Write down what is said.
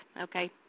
Okay